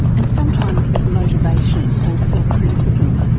and sometimes as motivation or self-criticism.